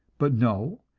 but no,